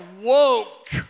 woke